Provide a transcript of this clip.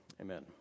Amen